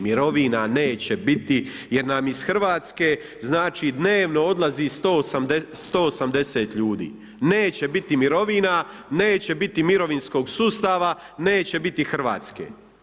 Mirovina neće biti jer nam iz Hrvatske znači dnevno odlazi 180 ljudi, neće biti mirovina, neće biti mirovinskog sustava, neće biti Hrvatske.